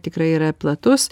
tikrai yra platus